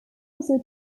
also